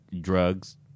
drugs